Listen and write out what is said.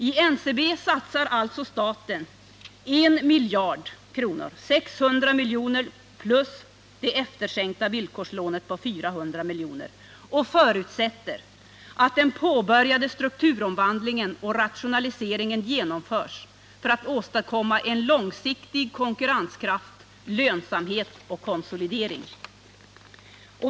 I NCB satsar alltså staten I 000 milj.kr. —600 milj.kr. plus det efterskänkta villkorslånet på 400 milj.kr. — och förutsätter att ”den påbörjade strukturomvandlingen och rationaliseringen genomförs för att åstadkomma en långsiktig konkurrenskraft, lönsamhet och konsolidering”.